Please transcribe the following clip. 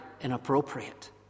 inappropriate